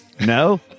No